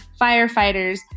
firefighters